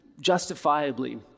justifiably